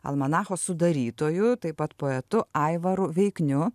almanacho sudarytoju taip pat poetu aivaru veikniu